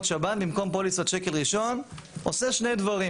שב"ן במקום פוליסות שקל ראשון עושה שני דברים: